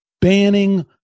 banning